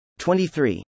23